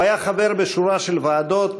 הוא היה חבר בשורה של ועדות,